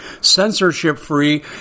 censorship-free